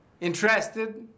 Interested